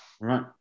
right